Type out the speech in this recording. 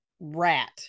rat